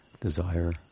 desire